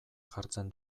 jartzen